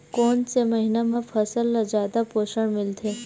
कोन से महीना म फसल ल जादा पोषण मिलथे?